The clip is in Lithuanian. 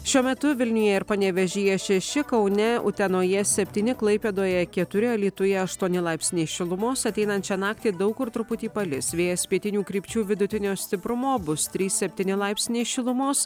šiuo metu vilniuje ir panevėžyje šeši kaune utenoje septyni klaipėdoje keturi alytuje aštuoni laipsniai šilumos ateinančią naktį daug kur truputį palis vėjas pietinių krypčių vidutinio stiprumo bus trys septyni laipsniai šilumos